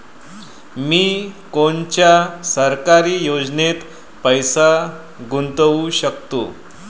मी कोनच्या सरकारी योजनेत पैसा गुतवू शकतो?